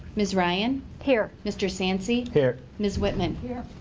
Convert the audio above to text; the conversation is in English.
ms. ryan. here. mr. sainci here. ms. whittman. here.